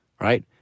Right